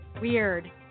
weird